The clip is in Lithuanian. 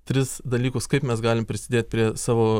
tris dalykus kaip mes galim prisidėt prie savo